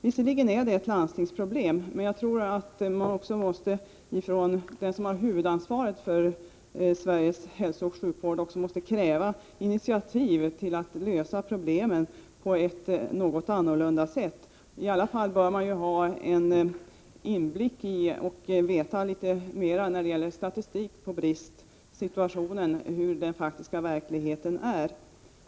Visserligen är det ett landstingsproblem, men jag tror att man från den som har huvudansvaret för Sveriges hälsooch sjukvård också måste kräva initiativ till att lösa problemen på ett något annorlunda sätt. I alla fall bör man få fram bättre statistik på bristsituationen och på hur det förhåller sig i den faktiska verkligheten.